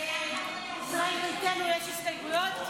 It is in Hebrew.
לישראל ביתנו יש הסתייגויות?